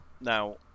Now